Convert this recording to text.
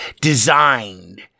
designed